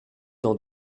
dans